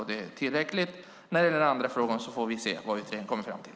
När det gäller den andra delen av Kent Ekeroths inlägg får vi se vad utredningen kommer fram till.